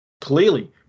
Clearly